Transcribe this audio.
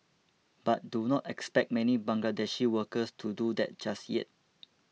but do not expect many Bangladeshi workers to do that just yet